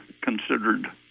considered